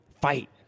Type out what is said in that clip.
fight